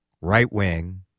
right-wing